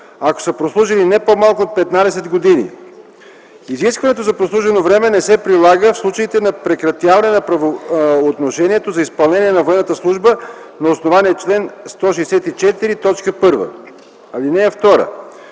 ако са прослужили не по-малко от 15 години. Изискването за прослужено време не се прилага в случаите на прекратяване на правоотношенията за изпълнението на военната служба на основание чл. 164, т. 1.